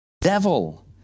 devil